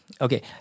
Okay